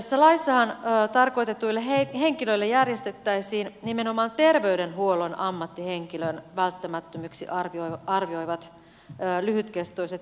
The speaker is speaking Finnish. tässä laissa tarkoitetuille henkilöillehän järjestettäisiin nimenomaan terveydenhuollon ammattihenkilön välttämättömiksi arvioimat lyhytkestoiset terveyspalvelut